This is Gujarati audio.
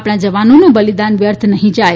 આપ ણા જવાનોનું બલિદાન વ્યર્થ નફીં જાય